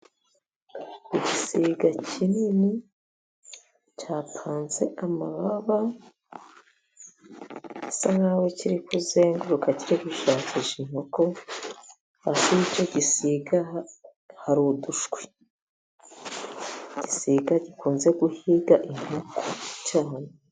Igisiga kinini cyapanze amababa, gisa nk’aho kiri kuzenguruka, kiri gushakisha inkoko. Hasi y’icyo gisiga hari udushwi. Ni igisiga gikunze guhiga inkoko cyane.